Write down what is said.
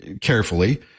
carefully